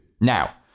Now